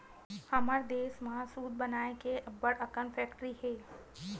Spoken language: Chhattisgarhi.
हमर देस म सूत बनाए के अब्बड़ अकन फेकटरी हे